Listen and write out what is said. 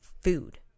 food